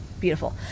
Beautiful